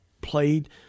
played